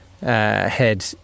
head